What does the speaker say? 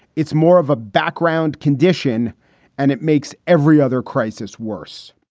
it's more of a background condition and it makes every other crisis worse.